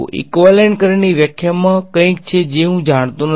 equivalent કરંટની વ્યાખ્યામાં કંઈક છે જે હું જાણતો નથી